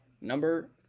Number